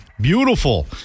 beautiful